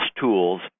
tools